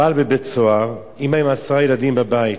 הבעל בבית-סוהר, אמא עם עשרה ילדים בבית.